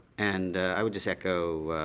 and i would just echo